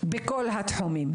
בכל התחומים: